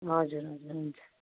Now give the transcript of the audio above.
हजुर हजुर हुन्छ